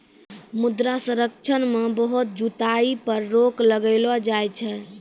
मृदा संरक्षण मे बहुत जुताई पर रोक लगैलो जाय छै